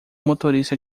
motorista